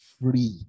free